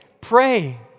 pray